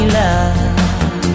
love